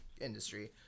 industry